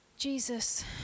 Jesus